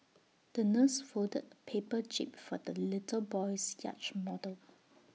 the nurse folded A paper jib for the little boy's yacht model